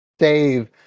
save